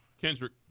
Kendrick